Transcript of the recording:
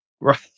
Right